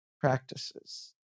practices